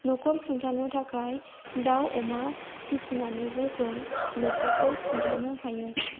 न'खर सुंथानो थाखाय दाउ अमा फिसिनानैबो जों न'खरखौ सुंथानो हायो